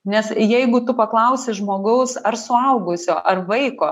nes jeigu tu paklausi žmogaus ar suaugusio ar vaiko